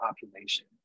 population